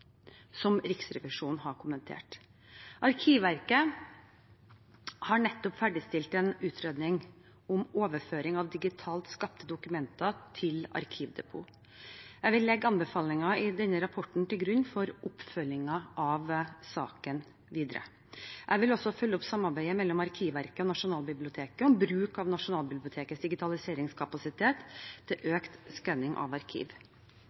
Riksrevisjonen har kommentert. Arkivverket har nettopp ferdigstilt en utredning om overføring av digitalt skapte dokumenter til arkivdepot. Jeg vil legge anbefalingen i denne rapporten til grunn for oppfølgingen av saken videre. Jeg vil også følge opp samarbeidet mellom Arkivverket og Nasjonalbiblioteket om bruk av Nasjonalbibliotekets digitaliseringskapasitet til økt skanning av arkiv.